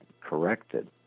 corrected